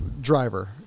Driver